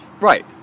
Right